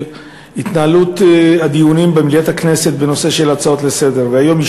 של התנהלות הדיונים במליאת הכנסת בהצעות לסדר-היום.